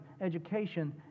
education